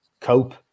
cope